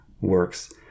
works